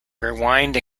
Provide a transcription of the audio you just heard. rewind